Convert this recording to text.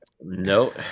no